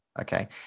okay